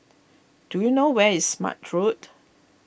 do you know where is Smart Road